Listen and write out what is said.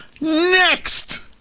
Next